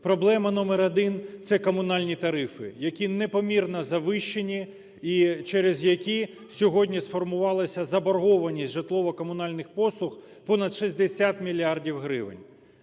Проблема номер один – це комунальні тарифи, які непомірно завищені і через які сьогодні сформувалася заборгованість житлово-комунальних послуг понад 60 мільярдів гривень.